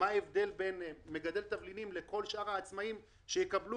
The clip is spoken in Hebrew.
מה ההבדל בין מגדל תבלינים לכל שאר העצמאים שיקבלו